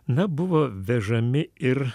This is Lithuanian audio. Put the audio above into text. na buvo vežami ir